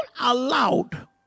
allowed